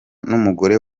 n’umugore